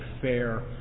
fair